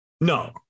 No